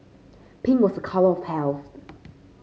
pink was a colour of health